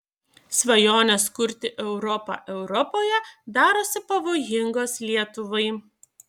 svajonės kurti europą europoje darosi pavojingos lietuvai